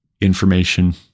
information